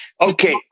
Okay